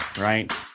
right